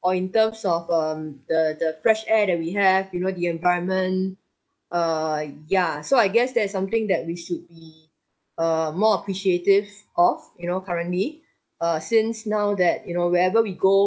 or in terms of um the the fresh air that we have you know the environment err ya so I guess that is something that we should be err more appreciative of you know currently uh since now that you know wherever we go